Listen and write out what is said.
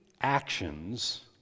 actions